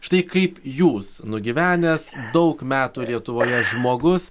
štai kaip jūs nugyvenęs daug metų lietuvoje žmogus